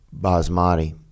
Basmati